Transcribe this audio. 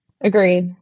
agreed